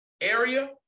area